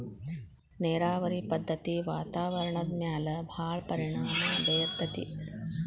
ನೇರಾವರಿ ಪದ್ದತಿ ವಾತಾವರಣದ ಮ್ಯಾಲ ಭಾಳ ಪರಿಣಾಮಾ ಬೇರತತಿ